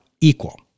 equal